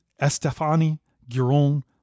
Estefani-Giron